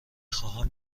خواهم